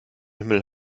himmel